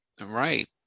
Right